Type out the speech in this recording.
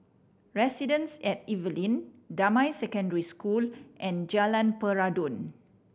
residence at Evelyn Damai Secondary School and Jalan Peradun